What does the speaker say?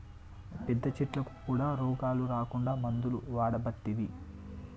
పెద్ద చెట్లకు కూడా రోగాలు రాకుండా మందులు వాడబట్టిరి